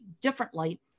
differently